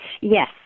Yes